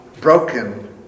broken